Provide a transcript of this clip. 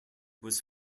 was